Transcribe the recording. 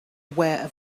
aware